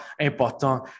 important